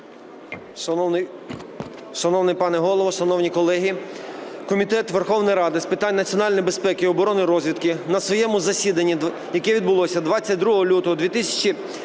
Шановний пане голово, шановні колеги! Комітет Верховної Ради з питань національної безпеки, оборони і розвідки на своєму засіданні, яке відбулося 22 лютого 2022